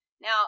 Now